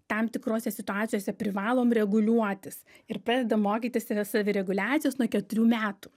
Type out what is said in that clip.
tam tikrose situacijose privalom reguliuotis ir pradeda mokytis yra savireguliacijos nuo keturių metų